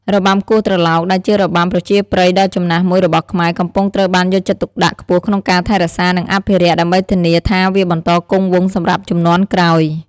របាំគោះត្រឡោក ដែលជារបាំប្រជាប្រិយដ៏ចំណាស់មួយរបស់ខ្មែរ កំពុងត្រូវបានយកចិត្តទុកដាក់ខ្ពស់ក្នុងការថែរក្សា និងអភិរក្ស ដើម្បីធានាថាវាបន្តគង់វង្សសម្រាប់ជំនាន់ក្រោយ។